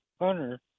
Hunter